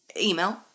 email